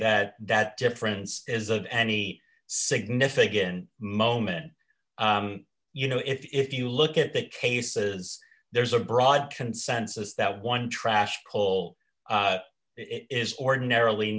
that that difference is that any significant moment you know if you look at the cases there's a broad consensus that one trash coal is ordinarily